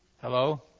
Hello